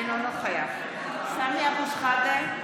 אינו נוכח סמי אבו שחאדה,